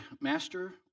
Master